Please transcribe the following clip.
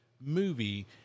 movie